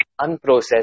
unprocessed